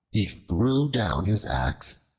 he threw down his axe,